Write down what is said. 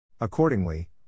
Accordingly